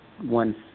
one